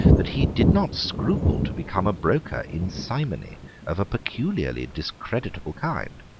that he did not scruple to become a broker in simony of a peculiarly discreditable kind,